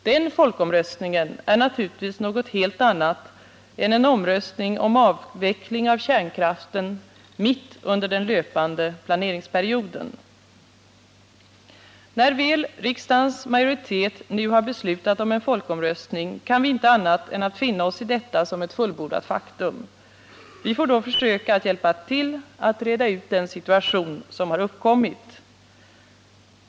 Den folkomröstningen är naturligtvis något helt annat än en omröstning om avveckling av kärnkraften mitt under den löpande planeringsperioden. När väl riksdagens majoritet nu har beslutat om en folkomröstning kan vi inte annat än finna oss i detta som ett fullbordat faktum. Vi får då försöka att hjälpa till att reda ut den situation som har uppkommit.